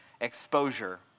exposure